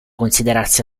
considerarsi